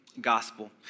gospel